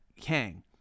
kang